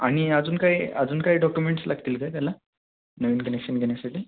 आणि अजून काही अजून काय डॉक्युमेंट्स लागतील का त्याला नवीन कनेक्शन घेण्यासाठी